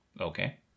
Okay